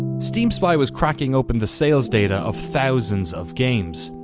steam spy was cracking open the sales data of thousands of games.